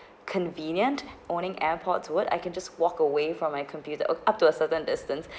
convenient owning airpods toward I can just walk away from my computer uh up to a certain distance